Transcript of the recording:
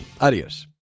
Adios